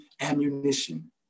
ammunition